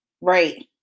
Right